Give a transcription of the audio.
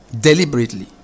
deliberately